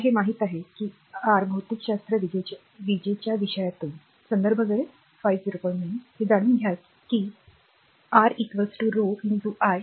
तर हे माहित आहे की r भौतिकशास्त्र विजेच्या विषयातून हे जाणून घ्या की R rho l by A बरोबर